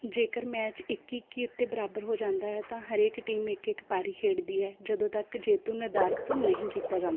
ਜੇਕਰ ਮੈਚ ਇੱਕੀ ਇੱਕੀ ਉੱਤੇ ਬਰਾਬਰ ਹੋ ਜਾਂਦਾ ਹੈ ਤਾਂ ਹਰੇਕ ਟੀਮ ਇੱਕ ਇੱਕ ਪਾਰੀ ਖੇਡਦੀ ਹੈ ਜਦੋਂ ਤੱਕ ਜੇਤੂ ਨਿਰਧਾਰਤ ਨਹੀਂ ਕੀਤਾ ਜਾ